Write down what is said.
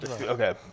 okay